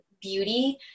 beauty